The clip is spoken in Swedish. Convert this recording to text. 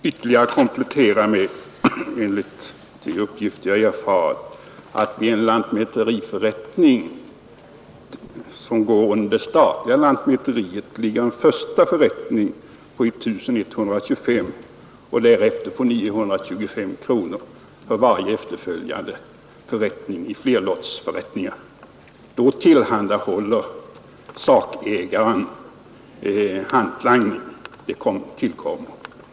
Herr talman! Låt mig göra en ytterligare komplettering. Enligt de uppgifter jag fått ligger i en lantmäteriförrättning, som går under det statliga lantmäteriet, en första förrättning som kostar 1 125 kronor. Varje efterföljande förrättning kostar vid flerlottsförrättningar 925 kronor. Då tillhandahåller sakägaren hantlangning.